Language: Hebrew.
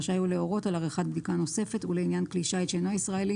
רשאי הוא להורות על עריכת בדיקה נוספת ולעניין כלי שיט שאינו ישראלי